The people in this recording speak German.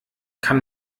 kann